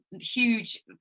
huge